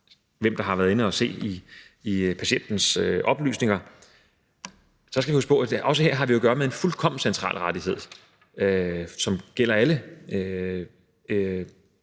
hvem der har været inde at se i patientens oplysninger, skal vi huske på, at vi jo har at gøre med en fuldkommen central rettighed, som gælder alle